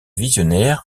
visionnaire